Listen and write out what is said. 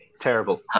terrible